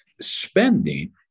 Spending